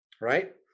right